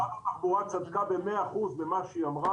שרת התחבורה צדקה במאה אחוז במה שהיא אמרה.